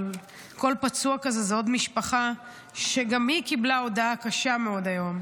אבל כל פצוע כזה זה עוד משפחה שגם היא קיבלה הודעה קשה מאוד היום,